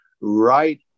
right